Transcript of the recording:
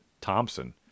Thompson